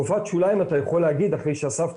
תופעת שוליים אתה יכול להגיד אחרי שאספת